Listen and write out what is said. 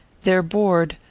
their board,